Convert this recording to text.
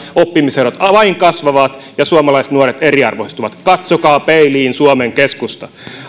oppimiserot vain kasvavat ja suomalaisnuoret eriarvoistuvat katsokaa peiliin suomen keskusta